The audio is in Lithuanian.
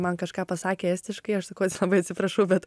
man kažką pasakė estiškai aš sakau labai atsiprašau bet